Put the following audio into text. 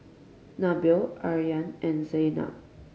Nabil Aryan and Zaynab